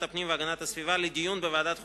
הפנים והגנת הסביבה לדיון בוועדת החוקה,